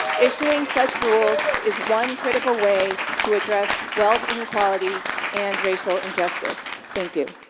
issuing such rules is one critical way to address wealth inequality and racial injustice. thank you.